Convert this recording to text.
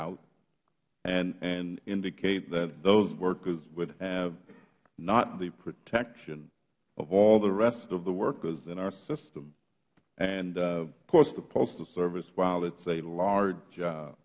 out and indicate that those workers would have not the protection of all the rest of the workers in our system and of course the postal service while it is a large